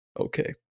okay